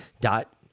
dot